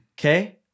okay